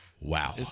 Wow